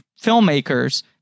filmmakers